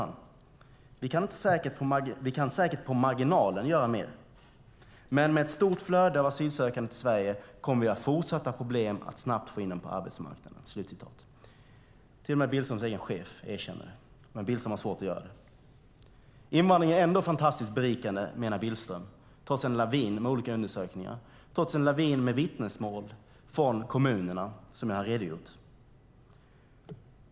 Han säger: "Vi kan säkert på marginalen göra mer, men med ett stort flöde av asylsökande till Sverige så kommer vi nog ha fortsatta problem att snabbt få in dem på arbetsmarknaden." Till och med Billströms egen chef erkänner det, men Billström har svårt att göra det. Invandring är ändå fantastiskt berikande menar Billström, trots en lavin med olika undersökningar och vittnesmål från kommunerna som jag redogjort för.